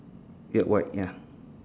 grey white ya